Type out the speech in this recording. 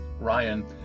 ryan